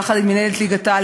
יחד עם מינהלת ליגת-העל,